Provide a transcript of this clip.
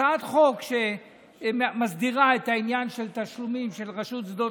הצעת חוק שמסדירה את העניין של תשלומים של רשות שדות